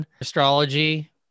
astrology